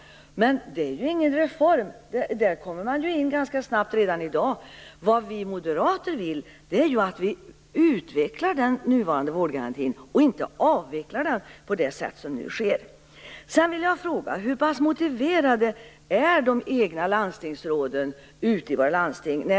Det är ju ingen reform, utan på en distriktsläkarcentral kommer man in ganska snabbt redan i dag. Vad vi moderater vill är att den nuvarande vårdgarantin utvecklas och inte avvecklas på det sätt som nu sker. Sedan undrar jag: Hur pass motiverade är Socialdemokraternas egna landstingsråd ute i landstingen?